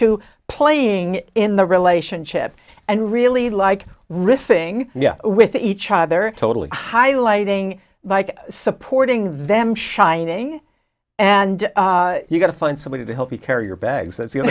to playing in the relationship and really like riffing with each other totally highlighting like supporting them shining and you got to find somebody to help you carry your bags